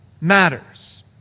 matters